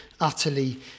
utterly